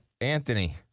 Anthony